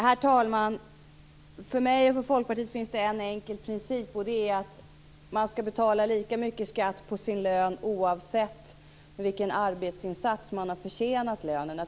Herr talman! För mig och för Folkpartiet finns det en enkel princip, och det är att man skall betala lika mycket i skatt på sin lön oavsett med vilken arbetsinsats man har förtjänat lönen.